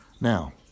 Now